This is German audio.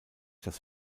das